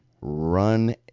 run